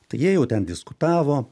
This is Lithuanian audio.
tai jie jau ten diskutavo